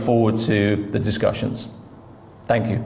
forward to the discussions thank you